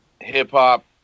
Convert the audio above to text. hip-hop